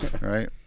Right